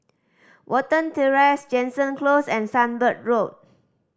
Watten Terrace Jansen Close and Sunbird Road